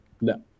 No